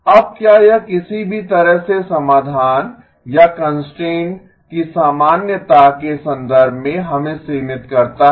अब क्या यह किसी भी तरह से समाधान या कंस्ट्रेंट्स की सामान्यता के संदर्भ में हमें सीमित करता है